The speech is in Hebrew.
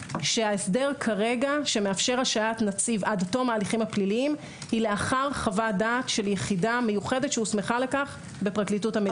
אומר שההסדר שמאפשר היא לאחר חוות דעת שהוסמכה לכך בפרקליטות המדינה.